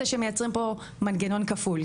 זה שמייצרים פה מנגנון כפול,